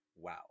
wow